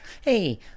Hey